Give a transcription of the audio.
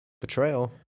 Betrayal